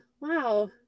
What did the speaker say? wow